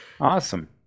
Awesome